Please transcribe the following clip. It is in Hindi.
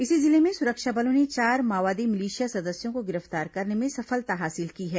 इसी जिले में सुरक्षा बलों ने चार माओवादी मिलिशिया सदस्यों को गिरफ्तार करने में सफलता हासिल की है